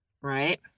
Right